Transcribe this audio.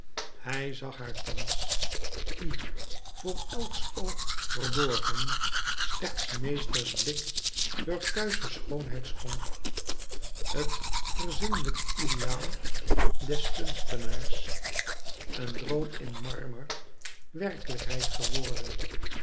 hij zag haar thands die voor elks oog verborgen slechts s meesters blik heur kuische schoonheid schonk t verzinlijkt ideaal des kunstenaars een droom in marmer werklijkheid geworden